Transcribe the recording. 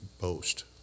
boast